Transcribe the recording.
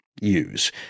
use